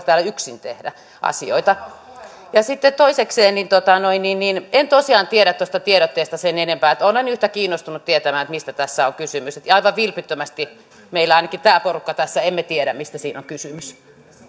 täällä yksin tehdä asioita sitten toisekseen en tosiaan tiedä tuosta tiedotteesta sen enempää ja olen yhtä kiinnostunut tietämään mistä tässä on kysymys ja aivan vilpittömästi meillä ainakaan tämä porukka tässä emme tiedä mistä siinä on kysymys